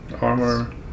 Armor